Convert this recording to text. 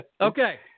Okay